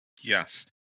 Yes